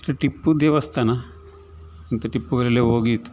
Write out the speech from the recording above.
ಟಿಪ್ಪು ದೇವಸ್ಥಾನ ಮತ್ತು ಟಿಪ್ಪುಗರೆಲ್ಲ ಹೋಗಿ